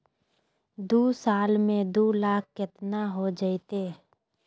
दू साल में दू लाख केतना हो जयते?